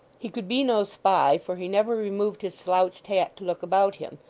he could be no spy, for he never removed his slouched hat to look about him,